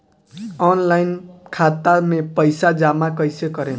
Online खाता मे पईसा जमा कइसे करेम?